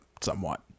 somewhat